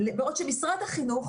בעוד שמשרד החינוך,